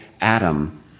Adam